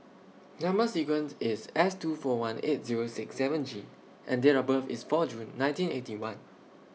Number sequence IS S two four one eight Zero six seven G and Date of birth IS four June nineteen Eighty One